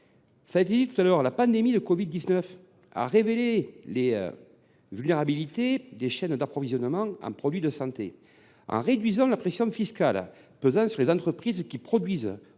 et de santé. La pandémie du covid 19 a révélé les vulnérabilités des chaînes d’approvisionnement en produits de santé. En réduisant la pression fiscale pesant sur les entreprises qui produisent